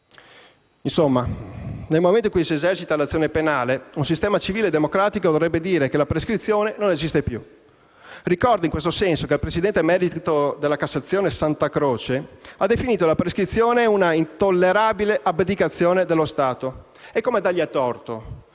Insomma, nel momento in cui si esercita l'azione penale, un sistema civile e democratico dovrebbe dire che la prescrizione non esiste più. Ricordo, in questo senso, che il presidente emerito della Cassazione Santacroce ha definito la prescrizione «un'intollerabile abdicazione dello Stato». Come dargli torto?